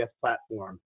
platform